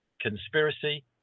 conspiracy